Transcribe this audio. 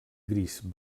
gris